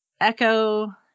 Echo